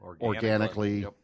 organically